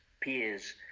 peers